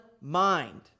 mind